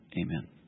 Amen